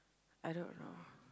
I don't know